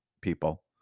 people